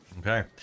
Okay